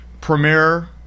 premiere